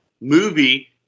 movie